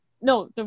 no